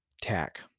tack